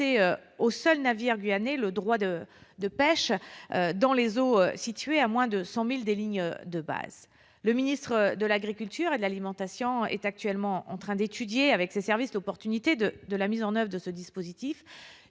aux seuls navires guyanais le droit de pêche dans les eaux situées à moins de 100 milles des lignes de base. Le ministre de l'agriculture et de l'alimentation est actuellement en train d'étudier avec ses services l'opportunité de la mise en oeuvre de ce dispositif.